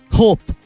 hope